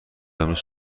امروز